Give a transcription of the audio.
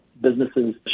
businesses